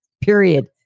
period